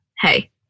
hey